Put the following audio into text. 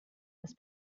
das